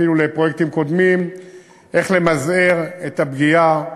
איך למזער את הפגיעה,